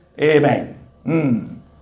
Amen